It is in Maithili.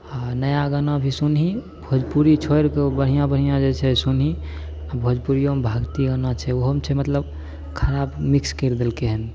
आ नया गाना भी सुनही भोजपुरी छोड़ि कऽ बढ़िआँ बढ़िआँ जे छै सुनही आ भोजपुरियोमे भगती होना चाही ओहोमे छै मतलब खराब मिक्स करि देलकै हन